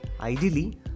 Ideally